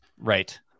Right